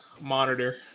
monitor